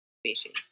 species